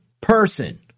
person